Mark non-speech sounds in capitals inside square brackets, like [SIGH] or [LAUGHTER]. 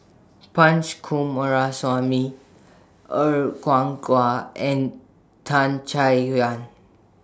Punch Coomaraswamy Er Kwong [UNINTELLIGIBLE] and Tan Chay Yan